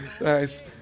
nice